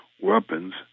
weapons